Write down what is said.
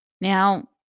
Now